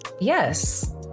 yes